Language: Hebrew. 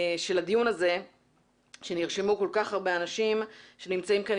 לדיון הזה נרשמו כל כך הרבה אנשים שנמצאים כאן